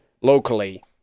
locally